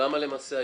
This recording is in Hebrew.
למה למעשה?